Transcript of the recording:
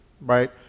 right